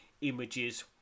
images